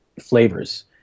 flavors